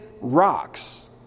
rocks